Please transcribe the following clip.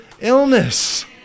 illness